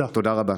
תודה רבה.